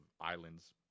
islands